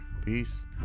Peace